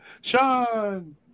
Sean